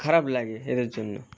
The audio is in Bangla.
খারাপ লাগে এদের জন্য